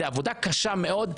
זו עבודה קשה מאוד.